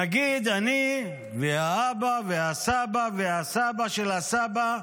נגיד, אני והאבא והסבא והסבא של הסבא,